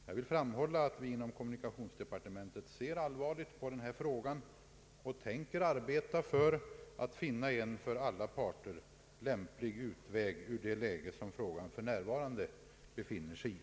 Jag vill framhålla att vi inom kommunikationsdepartementet ser allvarligt på denna fråga och tänker arbeta för att finna en för alla parter lämplig utväg ur det läge som frågan för närvarande befinner sig i.